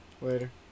Later